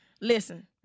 Listen